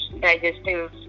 digestive